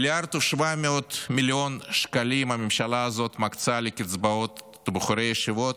1.7 מיליארד הממשלה הזאת מקצה לקצבאות בחורי הישיבות,